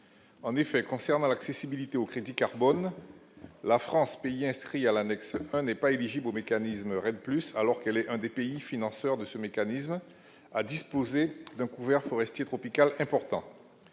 en effet, concernant l'accessibilité au crédit carbone la France pays inscrits à l'annexe, ça n'est pas éligible aux mécanismes Red plus alors qu'elle est un des pays financeurs de ce mécanisme à disposer d'un couvert forestier tropical important